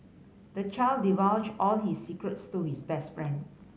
the child divulged all his secrets to his best friend